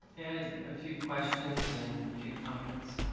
and a few questions and few comments.